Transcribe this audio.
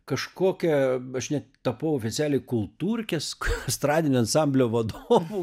kažkokio aš net tapau oficialiai kultūrkės estradinio ansamblio vadovu